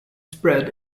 spread